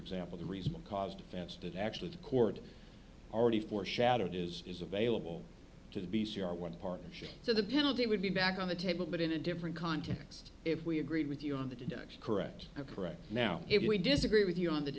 example the reasonable cause defense did actually the court already foreshadowed is is available to the b c are one partnership so the penalty would be back on the table but in a different context if we agreed with you on that index correct correct now if we disagree with you on th